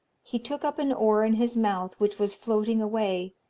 he took up an oar in his mouth which was floating away,